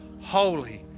holy